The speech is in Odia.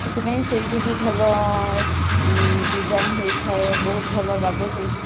ସେଥିପାଇଁ ସେହିଠି ବି ଭଲ ଡିଜାଇନ ହୋଇଥାଏ ବହୁତ ଭଲ ଲାଗେ ସେହି